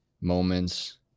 moments